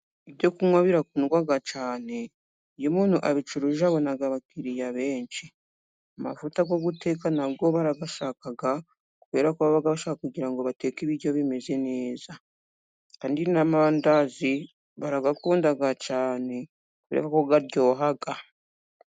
Ibyo kunywa birakundwa cyane iyo umuntu abicuruje, abona abakiriya benshi. Amavuta yo guteka nayo barashaka kubera ko baba bashaka kugira ngo bateke ibiryo bimeze neza kandi n'amandazi barayakunda cyane kubeko aryoha.